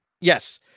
Yes